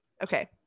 okay